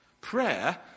Prayer